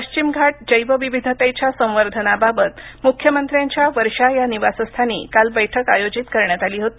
पश्चिम घाट जैवविविधतेच्या संवर्धनाबाबत मुख्यमंत्र्यांच्या वर्षा या निवासस्थानी काल बैठक आयोजित करण्यात आली होती